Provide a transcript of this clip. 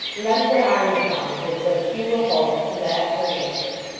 leant her arm upon it as though she were hope and that her anchor.